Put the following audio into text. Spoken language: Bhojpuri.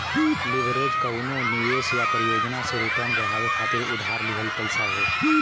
लीवरेज कउनो निवेश या परियोजना से रिटर्न बढ़ावे खातिर उधार लिहल पइसा हौ